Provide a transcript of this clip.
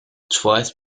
twice